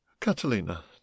Catalina